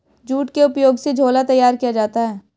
jute के उपयोग से झोला तैयार किया जाता है